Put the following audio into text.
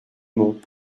monts